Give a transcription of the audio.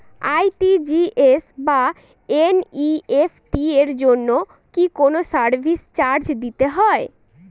RTGS বা NEFT এর জন্য কি কোনো সার্ভিস চার্জ দিতে হয়?